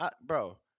Bro